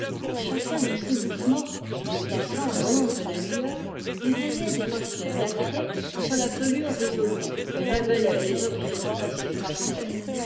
chacun de ses mouvements déplaçant l'ombre et la lueur éveillait des reflets nacrés sur la robe soyeuse des oignons et révélait des objets entassés par terre